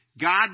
God